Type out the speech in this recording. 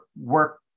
work